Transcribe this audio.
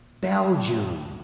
Belgium